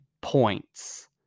points